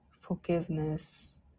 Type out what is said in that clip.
forgiveness